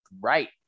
right